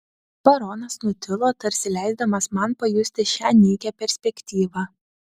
baronas nutilo tarsi leisdamas man pajusti šią nykią perspektyvą